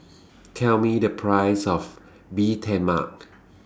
Tell Me The Price of Bee Tai Mak